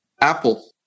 apple